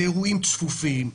לאירועים צפופים,